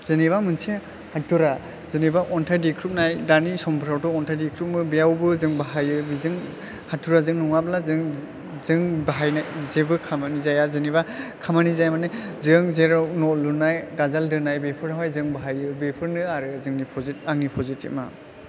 जेनोबा मोनसे हाथुरा जेनोबा अनथाइ देख्रुबनाय दानि समफोरावथ' अनथाइ देख्रुबो बेयावबो जोङो हायो बेजों हाथुराजों नङाब्ला जों जों बाहायनाय जेबो खामानि जाया जेनोबा खामानिया माने जों जेराव न' लुनाय गाजाल दोनाय बेफोरावहाय जों बाहायो बेफोरनो आरो जोंनि आंनि पजेटिबा